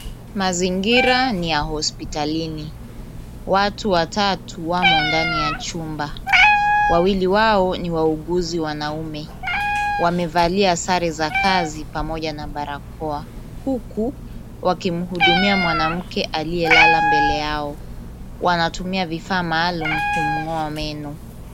Mazingira ni ya hospitalini. Watu watatu wamo ndani ya chumba. Wawili wao ni wauguzi wanaume. Wamevalia sare za kazi pamoja na barakoa huku wakimhudumia mwanamke aliyelala mbele yao. Wanatumia vifaa maalum kumng'oa meno.